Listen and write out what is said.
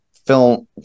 film